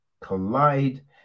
collide